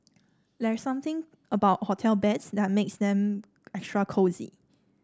there's something about hotel beds that makes them extra cosy